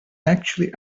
actually